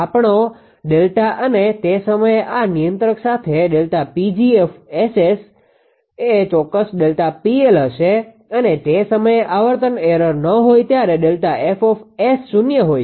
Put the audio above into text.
આપણો ડેલ્ટા અને તે સમયે આ નિયંત્રક સાથે ΔPg𝑆 એ ચોક્કસ ΔPL હશે અને તે સમયે આવર્તન એરર ન હોય ત્યારે ΔF શૂન્ય હોય છે